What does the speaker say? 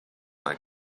like